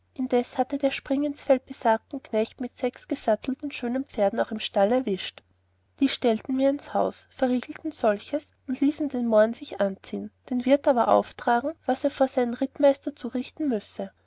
indessen hatte der springinsfeld besagten knecht mit sechs gesattelten schönen pferden auch im stall erwischt die stellten wir ins haus verriegelten solches und ließen den mohren sich anziehen den wirt aber auftragen was er vor seinen rittmeister zurichten müssen